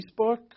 Facebook